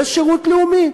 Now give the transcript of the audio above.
יש שירות לאומי,